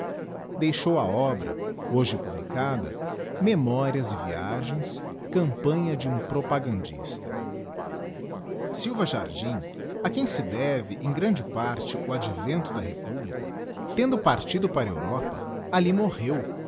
deixou a obra hoje publicada memorias e viagens campanha de um propagandista silva jardim a quem se deve em grande parte o advento da republica tendo partido para a europa alli morreu